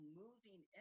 moving